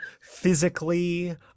physically